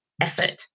effort